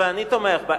ואני תומך בה.